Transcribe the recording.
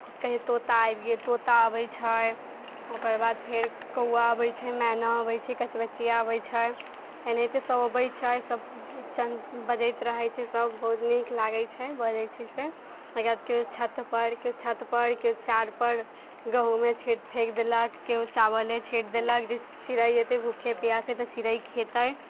कहीँ तोता आबि गेल तोता अबैत छै ओकर बाद फेर कौआ अबैत छै मैना अबैत छै कचबचिया अबैत छै एनाहिते सभ अबैत छै सभ बजैत रहैत छै सभ बहुत नीक लागैत छै बजैत छै से ओहिके बाद केओ छतपर केओ छतपर केओ चारपर गहूँमे छीट फेँक देलक केओ चावले छीँट देलक चिड़ै अयतै भूखे प्यासे तऽ चिड़ै खेतै